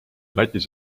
lätis